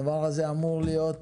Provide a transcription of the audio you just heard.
הדבר הזה אמור להיות